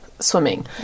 swimming